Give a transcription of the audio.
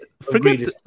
Forget